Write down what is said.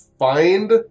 Find